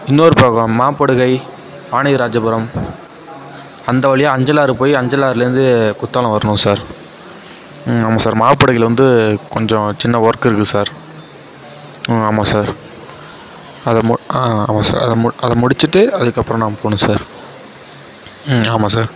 இன்னொரு பக்கம் மாம்படுகை ஆணையராஜபுரம் அந்த வழியாக அஞ்சளாறு போய் அஞ்சளாறுலேருந்து குற்றாலம் வரணும் சார் ஆமாம் சார் மாம்படுகையில் வந்து கொஞ்சம் சின்ன ஒர்க் இருக்குது சார் ஆமாம் சார் அதை ஆமாம் சார் அதை அதை முடிச்சுட்டு அதுக்கப்புறம் நாம் போகணும் சார் ஆமாம் சார்